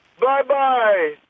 Bye-bye